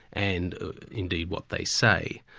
and indeed what they say.